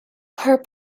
her